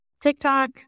tiktok